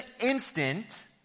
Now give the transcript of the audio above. instant